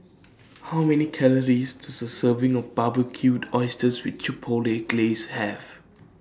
How Many Calories Does A Serving of Barbecued Oysters with Chipotle Glaze Have